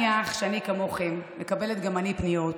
שכמוכם גם אני מקבלת פניות.